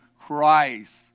Christ